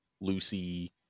Lucy